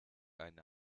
einen